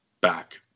back